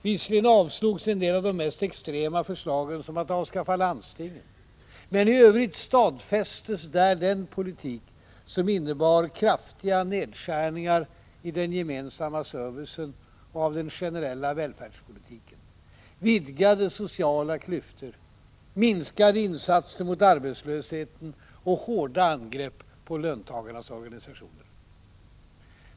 Visserligen avslogs en del av de mest extrema förslagen — som att avskaffa landstingen — men i övrigt stadfästes där en politik som innebar kraftiga nedskärningar av den gemensamma servicen och av den generella välfärdspolitiken, vidgade sociala klyftor, minskade insatser mot arbetslösheten och hårda angrepp på löntagarnas organisationer.